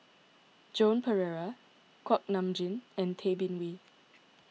Joan Pereira Kuak Nam Jin and Tay Bin Wee